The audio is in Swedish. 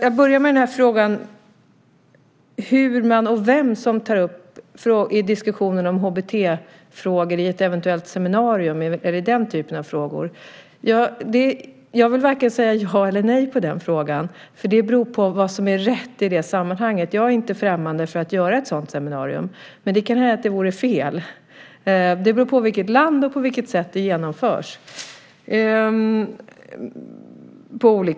Jag börjar med frågan om vem som tar upp diskussionen om HBT-frågor vid ett eventuellt seminarium. Här vill jag varken säga ja eller nej, för det beror på vad som är rätt i det sammanhanget. Jag är inte främmande för att göra ett sådant seminarium, men det kan också hända att det vore fel. Det beror på vilket land det är och på vilket sätt det genomförs.